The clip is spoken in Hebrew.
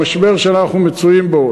במשבר שאנחנו מצויים בו,